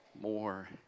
more